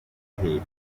hehe